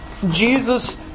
Jesus